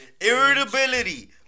Irritability